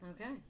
okay